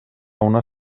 una